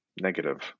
negative